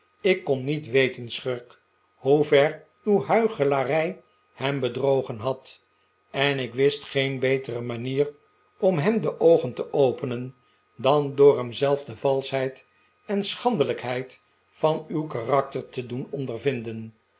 ik kon niet weten schurk hoever uw huichelarij hem bedrogen had en ik wist geen betere manier om hem de oogen te openen dan door hem zelf de valschheid en schandelijkheid van uw karakter te doen ondervinden